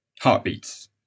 heartbeats